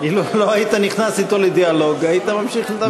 אילו לא היית נכנס אתו לדיאלוג היית ממשיך לדבר.